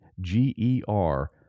G-E-R